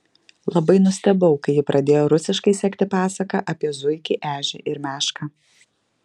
labai nustebau kai ji pradėjo rusiškai sekti pasaką apie zuikį ežį ir mešką